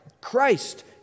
Christ